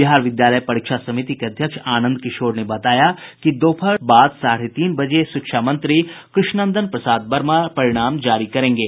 बिहार विद्यालय परीक्षा समिति के अध्यक्ष आंनद किशोर ने बताया कि दोपहर बाद साढ़े तीन बजे शिक्षा मंत्री कृष्ण नंदन वर्मा परिणाम जारी करेंगे